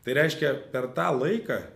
tai reiškia per tą laiką